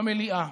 במליאה.